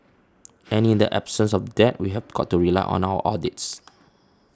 and in the absence of that we've got to rely on our audits